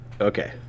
Okay